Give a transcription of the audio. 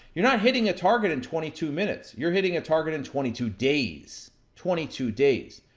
you're not hitting a target in twenty two minutes. you're hitting a target in twenty two days, twenty two days.